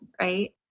right